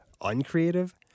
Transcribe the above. uncreative